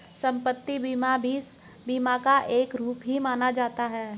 सम्पत्ति बीमा भी बीमा का एक रूप ही माना जाता है